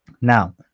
Now